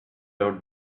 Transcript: out